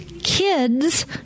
kids